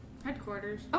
Headquarters